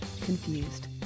confused